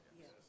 Yes